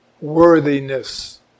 worthiness